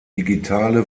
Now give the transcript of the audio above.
digitale